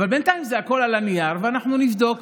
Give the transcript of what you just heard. אבל בינתיים הכול על הנייר, ואנחנו נבדוק,